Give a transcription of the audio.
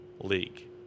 league